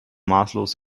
maßlos